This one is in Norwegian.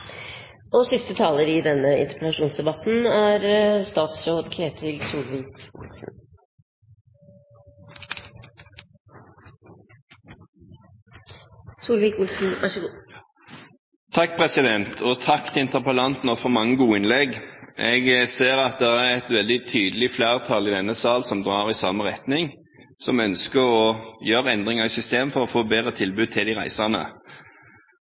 Takk til interpellanten, og takk for mange gode innlegg. Jeg ser at det er et veldig tydelig flertall i denne sal som drar i samme retning, og som ønsker å gjøre endringer i systemet for å få et bedre tilbud til de reisende.